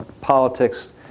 politics